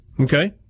okay